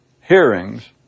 hearings